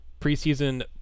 preseason